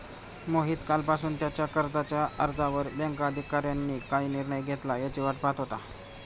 मोहित कालपासून त्याच्या कर्जाच्या अर्जावर बँक अधिकाऱ्यांनी काय निर्णय घेतला याची वाट पाहत होता